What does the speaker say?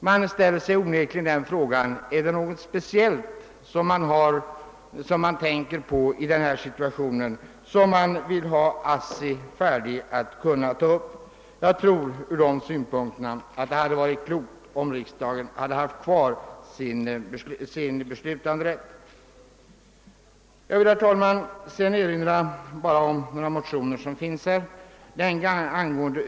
Jag ställer mig onekligen den frågan, om det är någon speciell tillverkning man anser att ASSI i denna situation bör kunna ta upp. Enligt min mening hade det mot denna bakgrund varit klokt, om riksdagen hade behållit sin beslutanderätt i fråga om ASSI:s tillverkning. Jag vill, herr talman, helt kort erinra om några motioner som väckts i detta ärende.